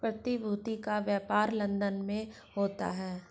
प्रतिभूति का व्यापार लन्दन में बहुत होता है